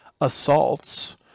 assaults